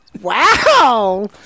Wow